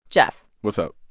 jeff what's up?